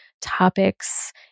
topics